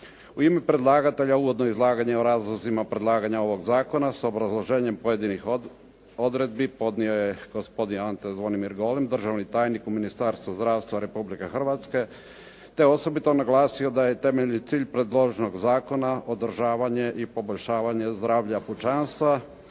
U ime predlagatelja uvodno izlaganje o razlozima predlaganja ovog zakona s obrazloženjem pojedinih odredbi podnio je Anto Zvonimir Golem državni tajnik u Ministarstvu zdravstva Republike Hrvatske, te osobito naglasio da je temeljni cilj predloženog zakona održavanje i poboljšavanje zdravlja pučanstva,